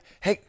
Hey